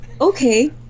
okay